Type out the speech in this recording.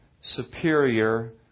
superior